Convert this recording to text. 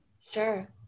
Sure